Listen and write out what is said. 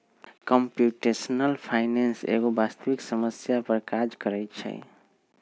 computational finance एगो वास्तविक समस्या पर काज करइ छै